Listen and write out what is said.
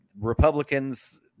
Republicans